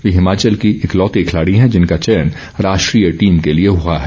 वे हिमाचल की इकलौती खिलाड़ी हैं जिनका चयन राष्ट्रीय टीम के लिए हुआ है